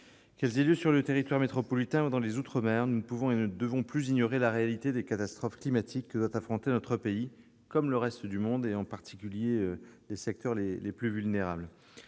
Qu'elles aient lieu sur le territoire métropolitain ou dans les outre-mer, nous ne pouvons et ne devons plus ignorer la réalité des catastrophes climatiques que doit affronter notre pays comme le reste du monde. Il suffit de considérer l'année